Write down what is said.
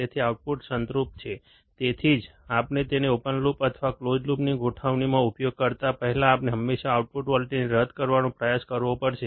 તેથી આઉટપુટ સંતૃપ્ત થશે તેથી જ આપણે તેને ઓપન લૂપમાં અથવા ક્લોઝ લૂપની ગોઠવણીમાં ઉપયોગ કરતા પહેલા આપણે હંમેશા આઉટપુટ વોલ્ટેજને રદ કરવાનો પ્રયાસ કરવો પડશે